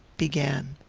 began.